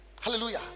Hallelujah